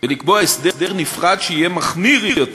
ולקבוע הסדר נפרד, שיהיה מחמיר יותר.